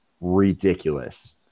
ridiculous